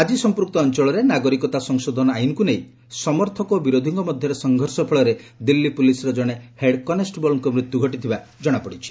ଆକି ସମ୍ପୁକ୍ତ ଅଞ୍ଚଳରେ ନାଗରିକତା ସଂଶୋଧନ ଆଇନକୁ ନେଇ ସମର୍ଥକ ଓ ବିରୋଧୀଙ୍କ ମଧ୍ୟରେ ସଂଘର୍ଷ ଫଳରେ ଦିଲ୍ଲୀ ପୁଲିସ୍ର ଜଣେ ହେଡ୍ କନେଷ୍ଟବଳଙ୍କ ମୃତ୍ୟୁ ଘଟିଥିବା ଜଣାପଡ଼ିଛି